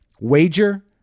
Wager